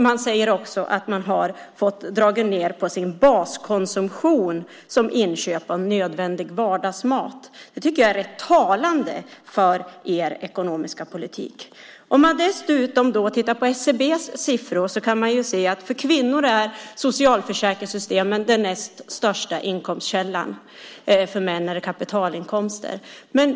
Man säger också att man har fått dra ned på sin baskonsumtion, som inköp av nödvändig vardagsmat. Det tycker jag är rätt talande för er ekonomiska politik. Om man dessutom tittar på SCB:s siffror kan man se att för kvinnor är socialförsäkringssystemen den näst största inkomstkällan. För män är det kapitalinkomster.